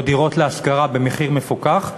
או דירות להשכרה במחיר מפוקח.